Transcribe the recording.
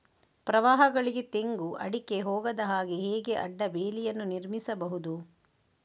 ಪ್ರವಾಹಗಳಿಗೆ ತೆಂಗು, ಅಡಿಕೆ ಹೋಗದ ಹಾಗೆ ಹೇಗೆ ಅಡ್ಡ ಬೇಲಿಯನ್ನು ನಿರ್ಮಿಸಬಹುದು?